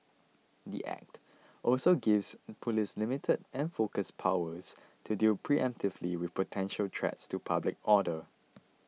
the Act also gives police limited and focused powers to deal preemptively with potential threats to public order